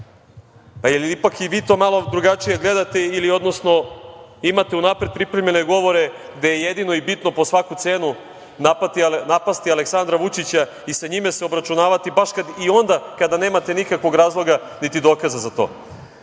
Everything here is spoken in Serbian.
Da li i vi ipak to malo drugačije gledate ili, odnosno imate unapred pripremljene govore gde je jedino i bitno po svaku cenu napasti Aleksandra Vučića i sa njime se obračunavati baš i onda kada nemate nikakvog razloga, niti dokaza za to.Za